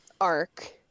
arc